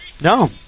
no